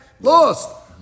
lost